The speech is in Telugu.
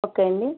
ఓకే అండి